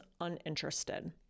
uninterested